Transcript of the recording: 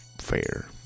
fair